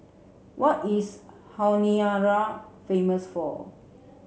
what is Honiara famous for